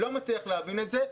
אני לא מצליח להבין את זה.